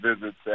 visits